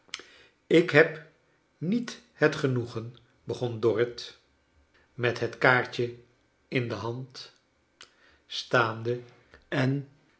ik heb niet het genoegen begon dorrit met het kaartje in de hand staande en